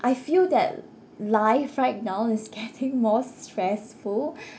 I feel that life right now is getting more stressful